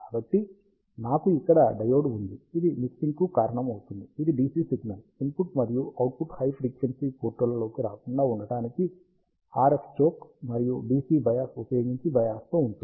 కాబట్టి నాకు ఇక్కడ డయోడ్ ఉంది ఇది మిక్సింగ్కు కారణమవుతుంది ఇది DC సిగ్నల్ ఇన్పుట్ మరియు అవుట్పుట్ హై ఫ్రీక్వెన్సీ పోర్టులలోకి రాకుండా ఉండటానికి RF చోక్ మరియు DC బయాస్ ఉపయోగించి బయాస్ తో ఉంటుంది